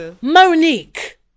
Monique